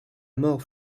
mort